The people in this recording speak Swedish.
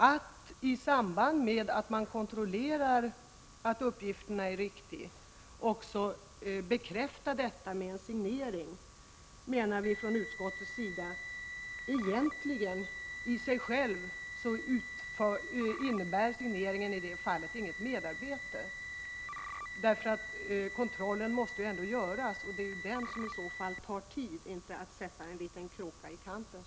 Att man i samband med att man kontrollerar att uppgiften är riktig också bekräftar detta genom en signering menar vi från utskottets sida egentligen inte vara ett merarbete. Kontrollen måste ju ändå göras, och det tar i så fall tid att göra den — inte att sätta en liten kråka i kanten.